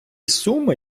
суми